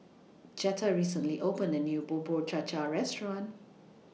Jetta recently opened A New Bubur Cha Cha Restaurant